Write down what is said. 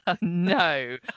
No